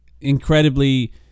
incredibly